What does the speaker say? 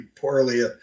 poorly